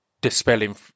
dispelling